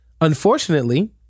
unfortunately